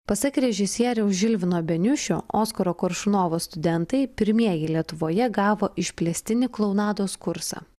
pasak režisieriaus žilvino beniušio oskaro koršunovo studentai pirmieji lietuvoje gavo išplėstinį klounados kursą